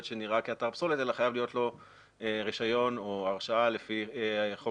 שנראה כאתר פסולת אלא חייב להיות לו רישיון או הרשאה לפי חוק